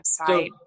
website